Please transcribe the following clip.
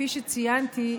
כפי שציינתי,